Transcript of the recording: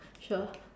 sure